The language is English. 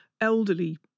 elderly